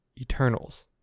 eternals